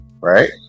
right